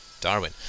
Darwin